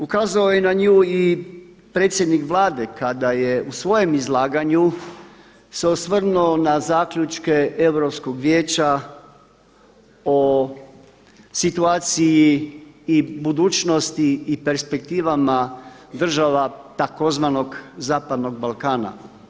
Ukazao je na nju i predsjednik Vlade kada je u svojem izlaganju se osvrnuo na zaključke Europskog vijeća o situaciji i budućnosti i perspektivama država tzv. Zapadnog Balkana.